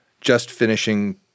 just-finishing